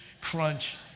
crunch